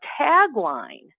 tagline